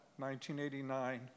1989